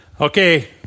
Okay